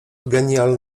genial